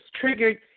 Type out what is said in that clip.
triggered